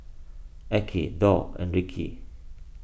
Arkie Dorr and Reece